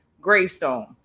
gravestone